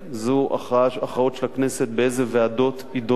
זו הכרעה של הכנסת באילו ועדות יידונו חוקים.